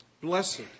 Blessed